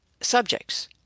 subjects